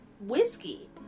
whiskey